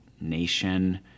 nation